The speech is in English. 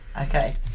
Okay